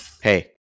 Hey